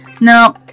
No